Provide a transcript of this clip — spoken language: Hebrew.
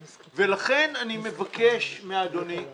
ולכן, אני מבקש מאדוני